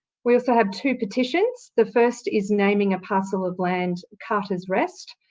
we also had two petitions. the first is naming a parcel of land carter's rest.